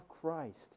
Christ